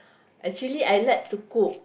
actually I like to cook